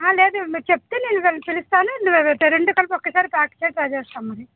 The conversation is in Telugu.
ఆ లేదు మీరు చెప్తే నేను వెన్ పిలుస్తాను రెండూ కలిపి ఒకేసారి ప్యాక్ చేసి రాసేస్తామని